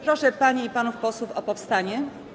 Proszę panie i panów posłów o powstanie.